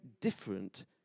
different